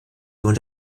sohn